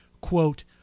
quote